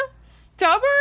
Stubborn